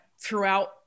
throughout